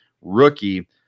rookie